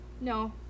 No